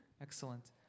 Excellent